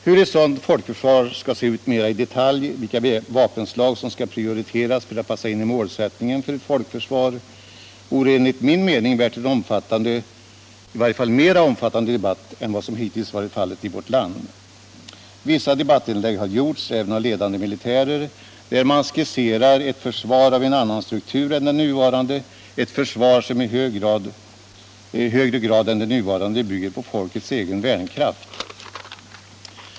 Hur ett sådant folkförsvar skall se ut mera i detalj, vilka vapenslag som skall prioriteras för att passa in i målsättningen för ett folkförsvar, vore enligt min mening i varje fall värt en mera omfattande debatt än den som hittills förts i vårt land. Vissa debattinlägg har gjorts, även av ledande militärer, där man skisserar ett försvar av en annan struktur än det nuvarande, ett försvar som i högre grad än det nuvarande bygger på folkets egen värnkraft.